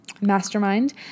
mastermind